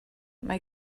mae